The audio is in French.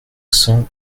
cent